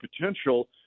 potential